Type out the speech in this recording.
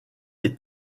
est